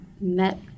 met